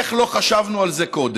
איך לא חשבנו על זה קודם?